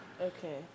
Okay